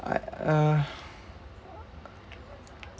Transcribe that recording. I uh